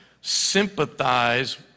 sympathize